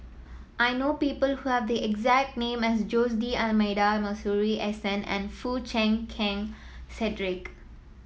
I know people who have the exact name as Jose D'Almeida Masuri S N and Foo Chee Keng Cedric